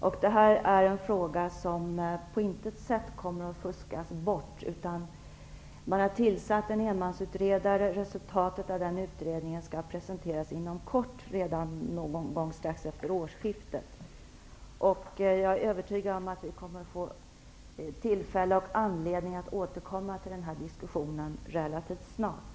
Detta är en fråga som på intet sätt kommer att fuskas bort. En enmansutredare är tillsatt, och resultatet av den utredningen skall presenteras inom kort, dvs. redan någon gång efter årsskiftet. Jag är övertygad om att vi kommer att få tillfälle och anledning att återkomma till den här diskussionen relativt snart.